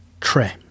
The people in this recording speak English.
Tre